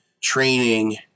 training